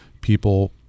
people